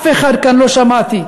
מאף אחד כאן לא שמעתי,